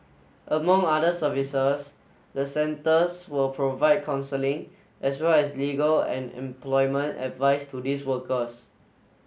among other services the centres will provide counselling as well as legal and employment advice to these workers